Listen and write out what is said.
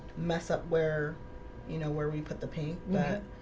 mess up where you know where we put the paint that